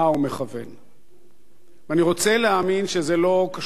ואני רוצה להאמין שזה לא קשור באולפנה בבית-אל,